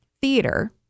theater